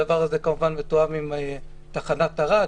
הדבר הזה כמובן מתואם עם תחנת ערד,